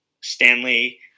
Stanley